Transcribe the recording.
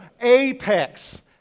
Apex